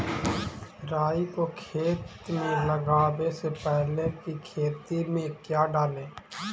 राई को खेत मे लगाबे से पहले कि खेत मे क्या डाले?